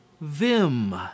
vim